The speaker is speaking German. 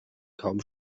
kaum